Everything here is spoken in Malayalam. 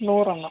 നൂറെണ്ണം